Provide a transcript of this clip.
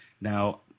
Now